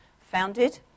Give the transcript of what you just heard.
founded